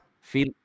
feel